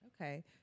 Okay